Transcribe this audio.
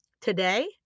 today